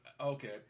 Okay